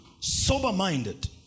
sober-minded